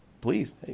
please